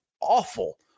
awful